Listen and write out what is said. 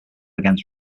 against